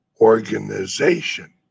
organization